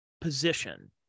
position